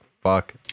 fuck